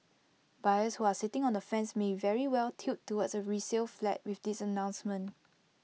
buyers who are sitting on the fence may very well tilt towards A resale flat with this announcement